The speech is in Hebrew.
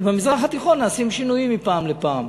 ובמזרח התיכון נעשים שינויים מפעם לפעם.